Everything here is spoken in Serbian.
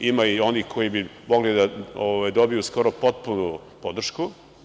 Ima i onih koji bi mogli da dobiju skoro potpunu podršku.